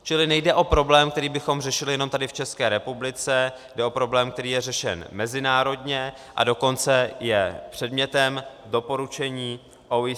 Čili nejde o problém, který bychom řešili jenom tady v České republice, jde o problém, který je řešen mezinárodně, a dokonce je předmětem doporučení OECD.